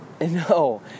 No